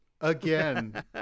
again